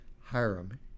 Hiram